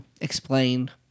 explained